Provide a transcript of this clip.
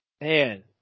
Man